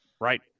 Right